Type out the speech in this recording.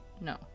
No